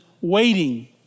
waiting